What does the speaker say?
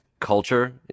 culture